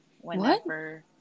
whenever